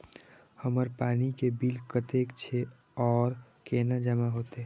हमर पानी के बिल कतेक छे और केना जमा होते?